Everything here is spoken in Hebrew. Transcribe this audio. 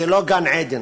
זה לא גן עדן,